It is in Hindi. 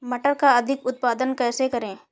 मटर का अधिक उत्पादन कैसे करें?